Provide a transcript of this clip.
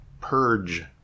Purge